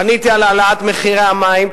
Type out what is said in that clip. פניתי על העלאת מחירי המים,